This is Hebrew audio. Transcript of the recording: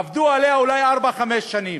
עבדו עליה אולי ארבע-חמש שנים.